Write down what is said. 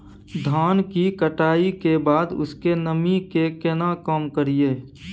धान की कटाई के बाद उसके नमी के केना कम करियै?